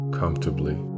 comfortably